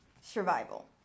Survival